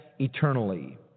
eternally